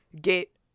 get